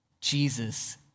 Jesus